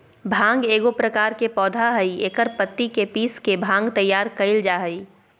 भांग एगो प्रकार के पौधा हइ एकर पत्ति के पीस के भांग तैयार कइल जा हइ